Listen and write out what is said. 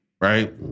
right